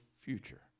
future